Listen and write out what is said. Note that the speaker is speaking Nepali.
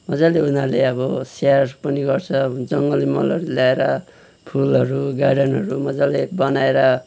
मजाले उनीहरूले अब स्याहार पनि गर्छ अब जङ्गली मलहरू ल्याएर फुलहरू गार्डनहरू मजाले बनाएर